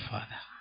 Father